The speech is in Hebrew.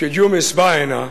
כשג'ומס בא הנה,